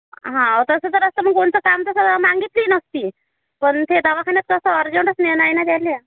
हाव तसं जर असतं मग कोणचं काम तसं मागितली नसती पण इथे दवाखान्यात कसं अर्जंटच नेणं आहे ना त्याले